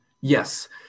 yes